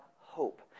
hope